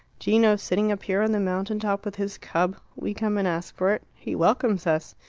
gino sitting up here on the mountain-top with his cub. we come and ask for it. he welcomes us.